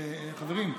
חברים,